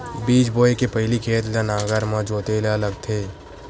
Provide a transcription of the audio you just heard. बीज बोय के पहिली खेत ल नांगर से जोतेल लगथे?